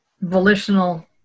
volitional